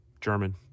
German